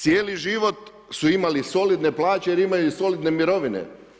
Cijeli život su imali solidne plaće jer imaju solidne mirovine.